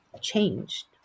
changed